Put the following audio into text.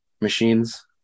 machines